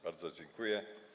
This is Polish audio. Bardzo dziękuję.